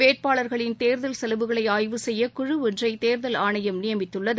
வேட்பாளர்களின் தேர்தல் செலவுகளை ஆய்வு செய்ய குழு ஒன்றை தேர்தல் ஆணையம் நியமித்துள்ளது